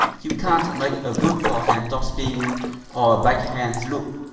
you can't make a good forehand topspin or a backhand loop.